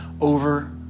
over